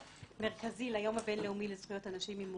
מרכזי ליום הבינלאומי לזכויות אנשים עם מוגבלות.